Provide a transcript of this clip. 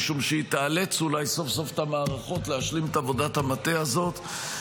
משום שהיא תיאלץ אולי סוף-סוף את המערכות להשלים את עבודת המטה הזאת,